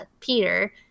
Peter